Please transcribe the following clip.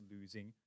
losing